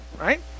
Right